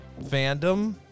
fandom